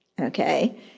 okay